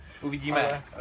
Uvidíme